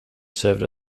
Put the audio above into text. served